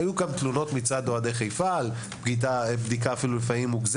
היו גם תלונות מצד אוהדי חיפה על בדיקה מוגזמת.